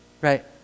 right